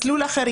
מסלול אחר.